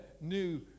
new